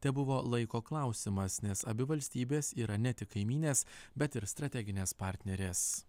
tebuvo laiko klausimas nes abi valstybės yra ne tik kaimynės bet ir strateginės partnerės